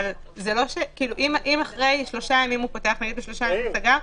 אבל אם אחרי שלושה ימים הוא פותח נגיד לשלושה ימים הוא סגר,